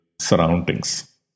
surroundings